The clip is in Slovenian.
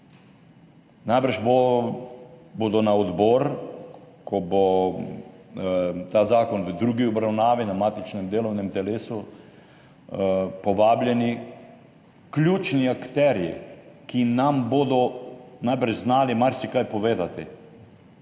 Najbrž bodo na odbor, ko bo ta zakon v drugi obravnavi na matičnem delovnem telesu, povabljeni ključni akterji, ki nam bodo najbrž znali marsikaj povedati.